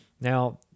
Now